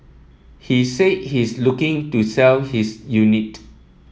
he said he's looking to sell his unit